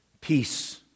peace